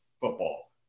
football